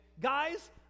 guys